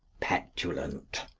petulant,